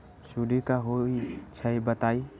सुडी क होई छई बताई?